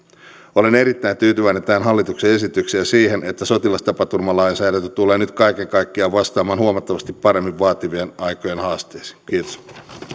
olen erittäin tyytyväinen tähän hallituksen esitykseen ja siihen että sotilastapaturmalainsäädäntö tulee nyt kaiken kaikkiaan vastaamaan huomattavasti paremmin vaativien aikojen haasteisiin kiitos